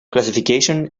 classification